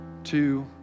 two